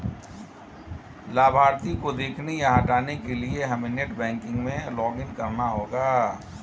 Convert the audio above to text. लाभार्थी को देखने या हटाने के लिए हमे नेट बैंकिंग में लॉगिन करना होगा